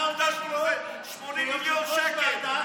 אנחנו הקדשנו לזה 80 מיליון שקל.